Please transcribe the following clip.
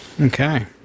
Okay